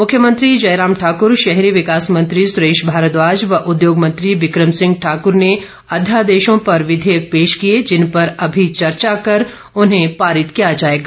मुख्यमंत्री जयराम ठाकूर शहरी विकास मंत्री सुरेश भारद्दाज व उद्योग मत्री बिक्रम सिंह ठाकूर ने अध्यादेशों पर विधेयक पेश किए जिन पर अभी चर्चा कर उन्हें पारित किया जाएगा